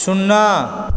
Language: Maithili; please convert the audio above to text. सुन्ना